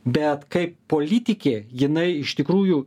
bet kaip politikė jinai iš tikrųjų